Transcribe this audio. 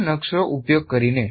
મન નકશાનો ઉપયોગ કરીને